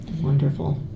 Wonderful